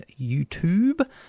YouTube